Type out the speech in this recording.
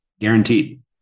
Guaranteed